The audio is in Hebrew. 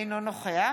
אינו נוכח